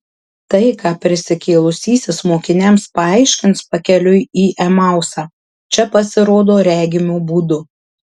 tai ką prisikėlusysis mokiniams paaiškins pakeliui į emausą čia pasirodo regimu būdu